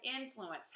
influence